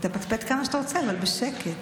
תפטפט כמה שאתה רוצה, אבל בשקט.